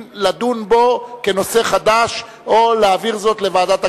לדון בו כנושא חדש או להעביר זאת לוועדת הכנסת.